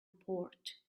port